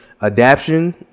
adaption